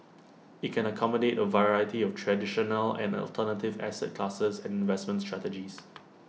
IT can accommodate A variety of traditional and the alternative asset classes and investment strategies